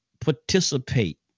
participate